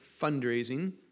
fundraising